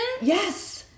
Yes